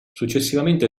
successivamente